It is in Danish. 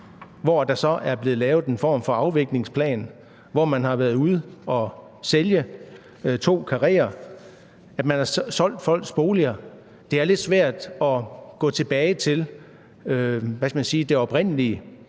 at der er blevet lavet en form for afviklingsplan, og hvor man har været ude at sælge to karréer og har solgt folks boliger. Det er lidt svært at gå tilbage til – hvad